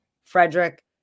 Frederick